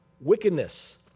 wickedness